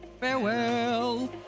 farewell